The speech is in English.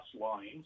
lines